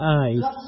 eyes